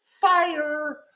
fire